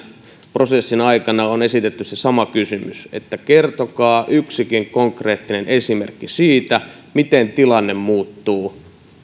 prosessin aikana on esitetty se sama kysymys että kertokaa yksikin konkreettinen esimerkki siitä miten tilanne muuttuu